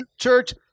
church